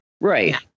Right